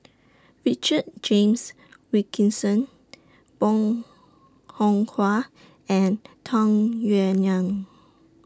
Richard James Wilkinson Bong Hiong Hwa and Tung Yue Nang